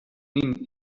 nin